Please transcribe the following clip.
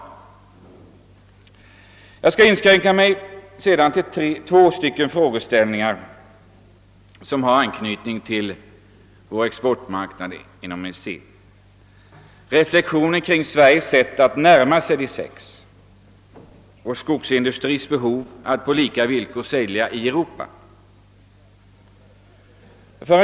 Därefter skall jag inskränka mig till att ta upp två frågeställningar som har anknytning till våra exportmarknadsutsikter inom EEC, reflexionerna kring Sveriges sätt att närma sig De sex samt skogsindustrins behov av att på lika konkurrensvillkor få sälja sina produkter ute i Europa.